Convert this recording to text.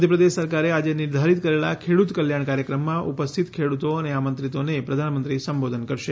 મધ્યપ્રદેશ સરકારે આજે નિર્ધારીત કરેલા ખેડૂત કલ્યાણ કાર્યક્રમમાં ઉપસ્થિત ખેડૂતો અને આમંત્રીતોને પ્રધાનમંત્રી સંબોધન કરશે